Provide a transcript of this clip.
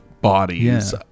bodies